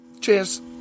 Cheers